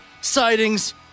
sightings